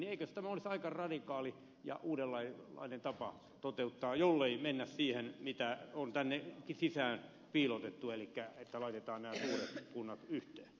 eikös tämä olisi aika radikaali ja uudenlainen tapa toteuttaa jollei mennä siihen mikä on tänne sisään piilotettu elikkä että laitetaan nämä suuret kunnat yhteen